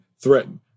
threatened